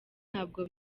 ntabwo